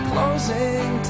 closing